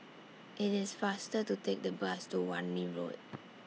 IT IS faster to Take The Bus to Wan Lee Road